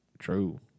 true